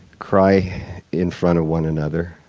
cry in front of one another,